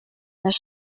this